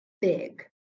big